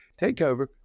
takeover